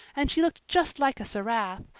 and she looked just like a seraph.